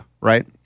right